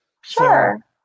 sure